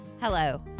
Hello